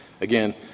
Again